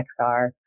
XR